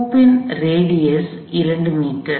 hoop in radius 2 metre